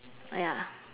ya